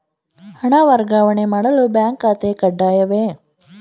ಹಣ ವರ್ಗಾವಣೆ ಮಾಡಲು ಬ್ಯಾಂಕ್ ಖಾತೆ ಕಡ್ಡಾಯವೇ?